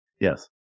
Yes